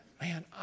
Man